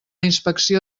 inspecció